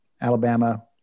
Alabama